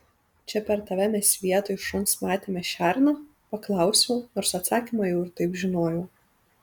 čia per tave mes vietoj šuns matėme šerną paklausiau nors atsakymą jau ir taip žinojau